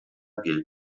gilt